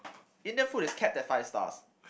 Indian food is capped at five stars